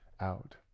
out